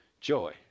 joy